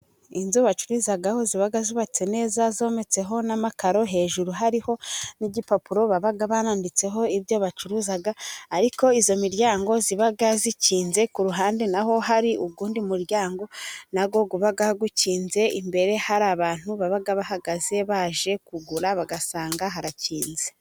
Inzu bacururizaho ziba zubatse neza zometseho n'amakaro, hejuru hariho n'igipapuro baba baditseho ibyo bacuruza, ariko iyo miryango iba ikinze ku ruhande na ho hari uwundi muryango na wo uba ukinze, imbere hari abantu baba bahagaze baje kugura bagasanga hakinze.